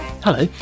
Hello